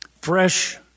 fresh